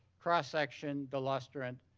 cross section, delusterant,